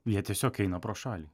jie tiesiog eina pro šalį